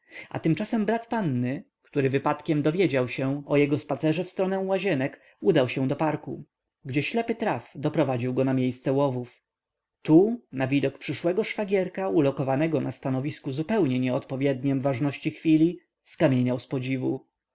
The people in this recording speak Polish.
a tymczasem brat panny który wypadkiem dowiedział się o jego spacerze w stronę łazienek udał się do parku gdzie ślepy traf doprowadził go na miejsce łowów tu na widok przyszłego szwagierka ulokowanego na stanowisku zupełnie nieodpowiedniem ważności chwili skamieniał z podziwu